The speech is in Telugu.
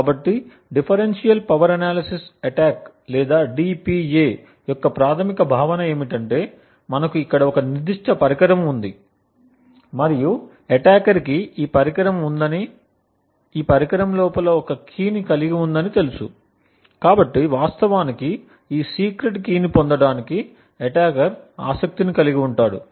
కాబట్టి డిఫరెన్షియల్ పవర్ ఎనాలిసిస్ అటాక్ లేదా DPA యొక్క ప్రాథమిక భావన ఏమిటంటే మనకు ఇక్కడ ఒక నిర్దిష్ట పరికరం ఉంది మరియు అటాకర్ కి ఈ పరికరం ఉందని మరియు ఈ పరికరం లోపల ఒక కీ ని కలిగి ఉందని తెలుసు కాబట్టి వాస్తవానికి ఈ సీక్రెట్ కీని పొందటానికి అటాకర్ ఆసక్తి కలిగి ఉంటాడు